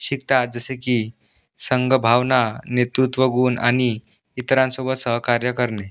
शिकतात जसे की संघ भावना नेतृत्व गुण आणि इतरांसोबत सहकार्य करणे